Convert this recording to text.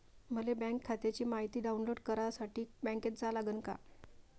मले बँक खात्याची मायती डाऊनलोड करासाठी बँकेत जा लागन का?